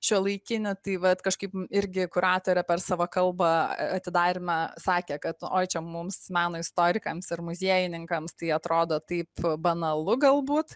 šiuolaikinį tai vat kažkaip irgi kuratorė per savo kalbą atidaryme sakė kad oi čia mums meno istorikams ir muziejininkams tai atrodo taip banalu galbūt